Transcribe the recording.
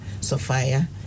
sophia